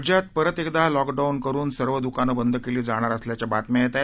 राज्यात परत एकदा लॉकडाऊन लागू करुन सर्व दुकानं बंद केली जाणार असल्याच्या बातम्या येत आहेत